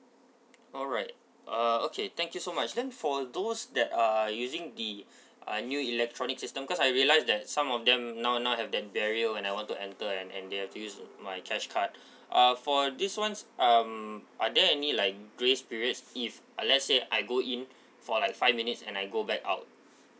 alright uh okay thank you so much then for those that are using the uh new electronic system cause I realize that some of them now now have that barrier when I want to enter and and they have to use my charge card uh for this ones um are there any like grace period if uh let's say I go in for like five minutes and I go back out